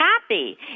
happy